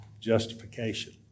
justification